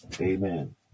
Amen